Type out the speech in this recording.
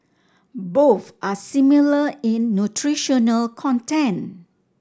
both are similar in nutritional content